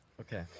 okay